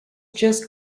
just